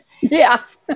Yes